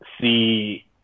see